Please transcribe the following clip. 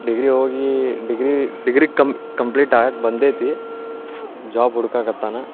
degree ಹೋಗಿ degree degree ಕಮ್ ಕಂಪ್ಲೀಟಾಗಿ ಬಂದೈತಿ ಜಾಬ್ ಹುಡ್ಕಕ್ಕೆ ಹತ್ತಾನೆ